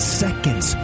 seconds